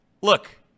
Look